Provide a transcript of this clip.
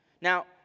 Now